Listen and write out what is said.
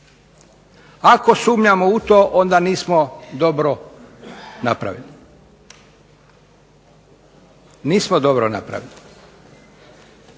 Ako sumnjamo u to onda nismo dobro napravili. Nismo dobro napravili.